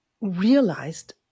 realized